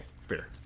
fair